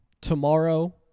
tomorrow